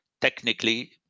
Technically